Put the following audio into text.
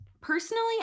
personally